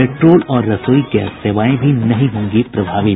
petrol और रसोई gas सेवाएं भी नहीं होंगी प्रभावित